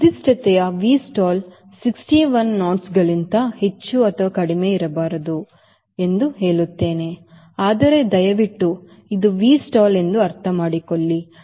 ನಿರ್ದಿಷ್ಟತೆಯು Vstall 61 ಗಂಟುಗಳಿಗಿಂತ ಹೆಚ್ಚು ಅಥವಾ ಕಡಿಮೆ ಇರಬಾರದು ಎಂದು ಹೇಳುತ್ತದೆ ಆದರೆ ದಯವಿಟ್ಟು ಇದು Vstall ಎಂದು ಅರ್ಥಮಾಡಿಕೊಳ್ಳಿ